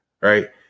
right